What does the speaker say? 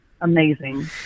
amazing